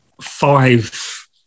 five